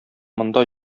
монда